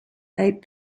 eight